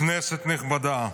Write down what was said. כנסת נכבדה,